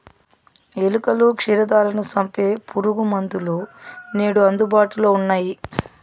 ఎలుకలు, క్షీరదాలను సంపె పురుగుమందులు నేడు అందుబాటులో ఉన్నయ్యి